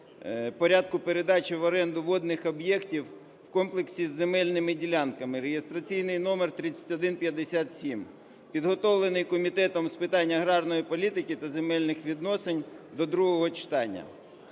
порядку передачі в оренду водних об'єктів у комплексі з земельними ділянками (реєстраційний номер 3157), підготовлений Комітетом з питань аграрної політики та земельних відносин до другого читання.